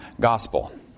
gospel